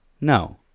No